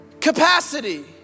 capacity